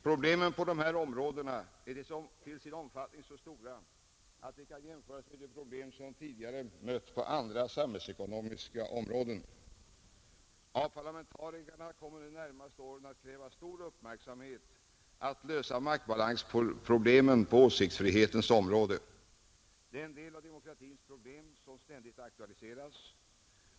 Problemen på dessa områden är till sin omfattning så stora att de kan jämföras med de problem som tidigare mött på andra samhällsekonomiska områden, Av parlamentarikerna kommer det under de närmaste åren att krävas stor uppmärksamhet för att lösa maktbalansproblemen på åsiktsfrihetens område. Det är en del av demokratins problem som ständigt aktualiseras.